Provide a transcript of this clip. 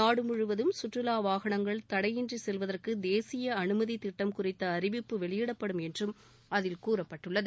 நாடு முழுவதும் சுற்றுலா வாகனங்கள் தடையின்றி செல்வதற்கு தேசிய அனுமதி திட்டம் குறித்த அறிவிப்பு வெளியிடப்படும் என்றும் அதில் கூறப்பட்டுள்ளது